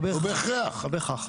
לא בהכרח.